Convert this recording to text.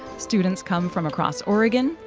students come from across oregon,